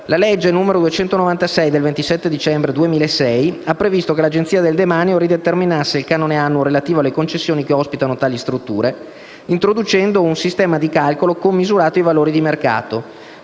La legge n. 296 del 27 dicembre 2006 ha previsto che l'Agenzia del demanio rideterminasse il canone annuo relativo alle concessioni che ospitano tali strutture, introducendo un sistema di calcolo commisurato ai valori di mercato.